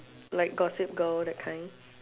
like gossip girl that kind